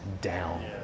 down